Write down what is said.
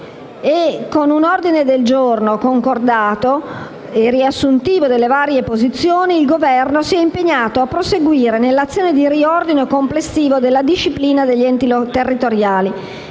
con un ordine del giorno concordato, riassuntivo delle varie posizioni, il Governo si è impegnato a proseguire nell'azione di riordino complessivo della disciplina degli enti territoriali